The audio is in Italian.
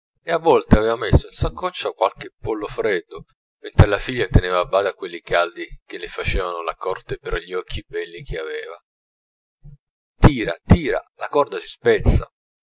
e a volte avea messo in saccoccia qualche pollo freddo mentre la figlia teneva a bada quelli caldi che le facevano la corte per gli occhi belli che aveva tira tira la corda si spezza